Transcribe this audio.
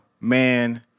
man